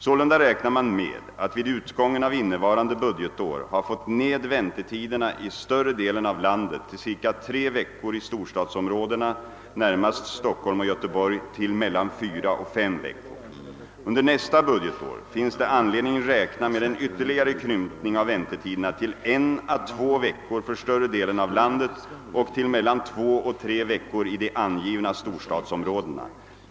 Sålunda räknar man med att vid utgången av innevarande budgetår ha fått ned väntetiderna i större delen av landet till cirka tre veckor och i storstadsområdena — närmast Stockholm och Göteborg — till mellan fyra och fem veckor. Under nästa budgetår finns det anledning räkna med en ytterligare krympning av väntetiderna till en å två veckor för större delen av landet och till mellan två och tre veckor i de angivna storstadsområdena.